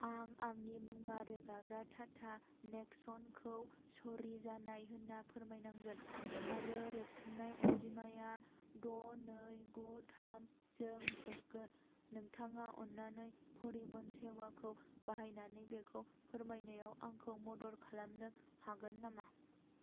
आं आंनि मुवा रोगाग्रा टाटा नेक्स'नखौ चरि जानाय होनना फोरमायनांगोन आरो रेबथुमनाय अनजिमाया द' नै गु थामजों जोबगोन नोंथाङा अन्नानै परिबहन सेभाखौ बाहायनानै बेखौ फोरमायनायाव आंखौ मदद खालामनो हागोन नामा